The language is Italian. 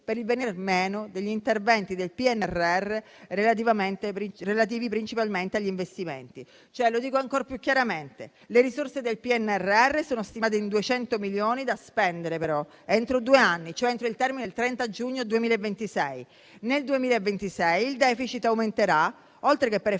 per il venire meno degli interventi del PNRR relativi principalmente agli investimenti. Cioè, lo dico ancora più chiaramente: le risorse del PNRR sono stimate in 200 miliardi da spendere però entro due anni, entro il termine del 30 giugno 2026. Nel 2026 il *deficit* aumenterà oltre che per effetto del